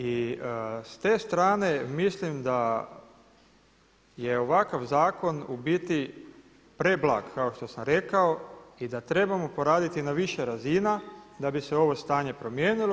I s te strane mislim da je ovakav zakon u biti preblag kao što sam rekao i da trebamo poraditi na više razina da bi se ovo stanje promijenilo.